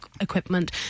equipment